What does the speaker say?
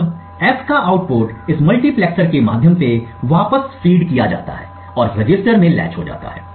अब F का output इस मल्टीप्लेक्सर के माध्यम से वापस फीड किया जाता है और इस रजिस्टर में लेचद हो जाता है